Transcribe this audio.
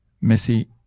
Missy